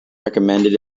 recommended